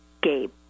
Gabe